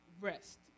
rest